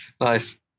Nice